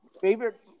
Favorite